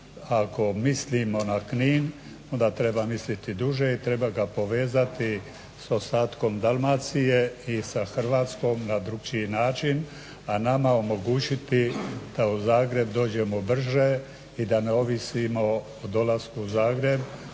Ako mislimo na Knin, onda treba misliti duže, treba ga povezati s ostatkom Dalmacije i s Hrvatskom na drukčiji način, a nama omogućiti da u Zagreb dođemo brže i da ne ovisimo dolasku u Zagreb